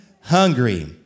hungry